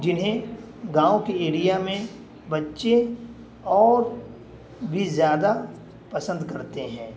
جنہیں گاؤں کے ایریا میں بچے اور بھی زیادہ پسند کرتے ہیں